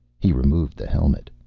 he removed the helmet.